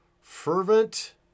Fervent